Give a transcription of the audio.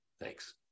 Thanks